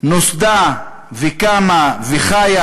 נוסדה וקמה וחיה